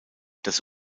das